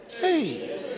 Hey